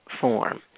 form